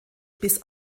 bis